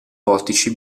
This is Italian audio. portici